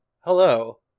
Hello